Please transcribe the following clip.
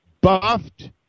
buffed